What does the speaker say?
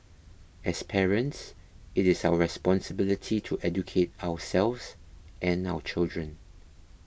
as parents it is our responsibility to educate ourselves and our children